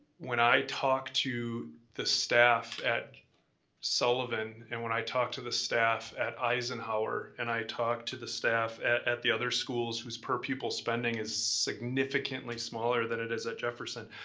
when i talked to the staff at sullivan and when i talked to the staff at eisenhower, and i talked to the staff at at the other schools whose per-pupil spending is significantly smaller than it is at jefferson,